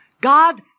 God